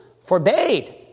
forbade